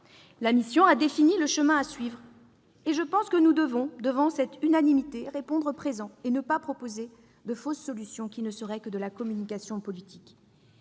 La mission a défini le chemin à suivre et nous devons, devant cette unanimité, répondre présent et ne pas proposer de fausses solutions qui ne seraient que de la communication politique.